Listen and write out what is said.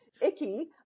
icky